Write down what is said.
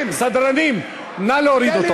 הם מדברים, סדרנים, נא להוריד אותו.